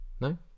No